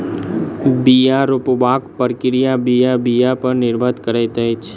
बीया रोपबाक प्रक्रिया बीया बीया पर निर्भर करैत अछि